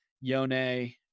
Yone